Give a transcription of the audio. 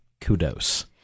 kudos